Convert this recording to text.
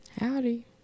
Howdy